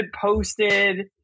posted